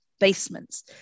basements